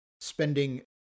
spending